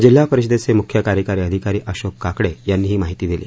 जिल्हा परिषदेचे मुख्य कार्यकारी अधिकारी अशोक काकडे यांनी ही माहिती दिली